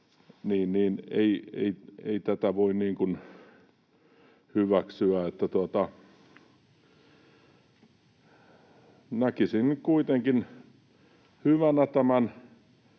ei voi hyväksyä. Näkisin kuitenkin hyvänä tämän